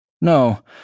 No